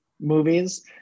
movies